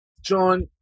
John